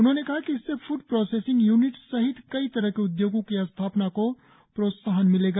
उन्होंने कहा कि इससे फूड प्रोसेसिंग यूनिट्स सहित कई तरह के उद्योगों की स्थापना को प्रोत्साहन मिलेगा